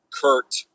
Kurt